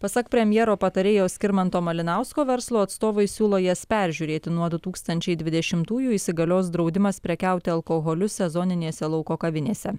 pasak premjero patarėjo skirmanto malinausko verslo atstovai siūlo jas peržiūrėti nuo du tūkstančiai dvidešimtųjų įsigalios draudimas prekiauti alkoholiu sezoninėse lauko kavinėse